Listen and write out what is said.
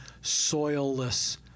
soilless